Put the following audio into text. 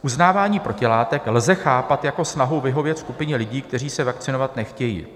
Uznávání protilátek lze chápat jako snahu vyhovět skupině lidí, kteří se vakcinovat nechtějí.